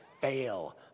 fail